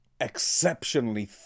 exceptionally